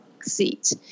seat